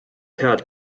head